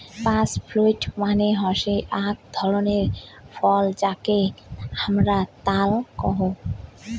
পাম fruit মানে হসে আক ধরণের ফল যাকে হামরা তাল কোহু